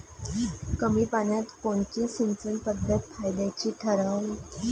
कमी पान्यात कोनची सिंचन पद्धत फायद्याची ठरन?